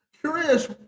curious